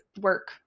work